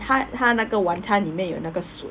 他他那个晚餐里面有那个 soup